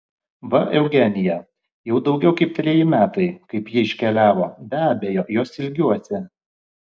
va eugenija jau daugiau kaip treji metai kaip ji iškeliavo be abejo jos ilgiuosi